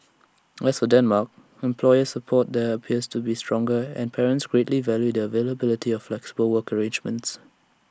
as for Denmark employer support there appears to be stronger and parents greatly value the availability of flexible work arrangements